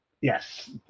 Yes